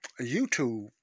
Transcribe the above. YouTube